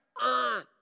on